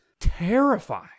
terrifying